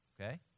Okay